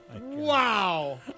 Wow